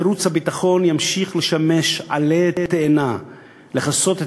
תירוץ הביטחון ימשיך לשמש עלה תאנה לכסות את